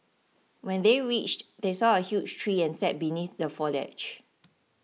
when they reached they saw a huge tree and sat beneath the foliage